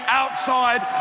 outside